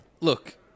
Look